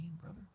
brother